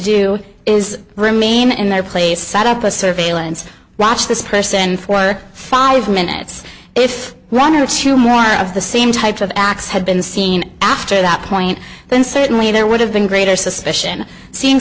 do is remain in their place set up a surveillance watch this person for five minutes if run or two more of the same type of x had been seen after that point then certainly there would have been greater suspicion see